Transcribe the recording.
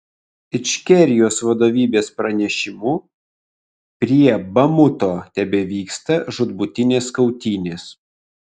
ičkerijos vadovybės pranešimu prie bamuto tebevyksta žūtbūtinės kautynės